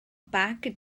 bag